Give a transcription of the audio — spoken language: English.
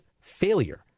failure